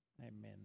Amen